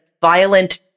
violent